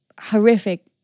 horrific